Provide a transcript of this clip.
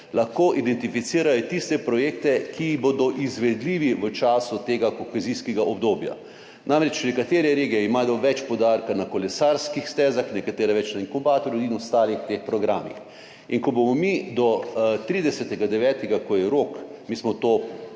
lahko identificirajo tiste projekte, ki bodo izvedljivi v času tega kohezijskega obdobja. Namreč, nekatere regije imajo več poudarka na kolesarskih stezah, nekatere več na inkubatorju in ostalih teh programih. In ko bomo mi do 30. 9., ko je rok, mi smo ta